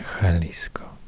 Jalisco